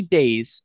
days